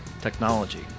technology